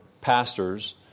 pastors